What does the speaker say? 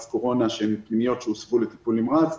קורונה שהן פנימיות שהוסבו לטיפול נמרץ,